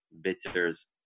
bitters